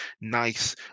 nice